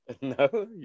No